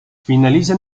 finaliza